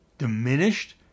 diminished